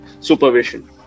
supervision